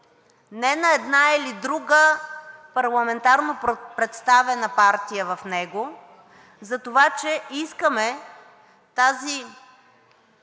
не на една или друга парламентарно представена партия в него, затова че искаме тази